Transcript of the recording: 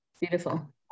Beautiful